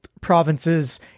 Provinces